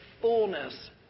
fullness